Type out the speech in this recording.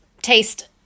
Taste